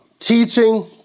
Teaching